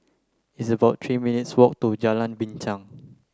it's about three minutes' walk to Jalan Binchang